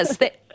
Yes